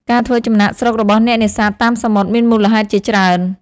ការធ្វើចំណាកស្រុករបស់អ្នកនេសាទតាមសមុទ្រមានមូលហេតុជាច្រើន។